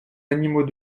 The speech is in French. animaux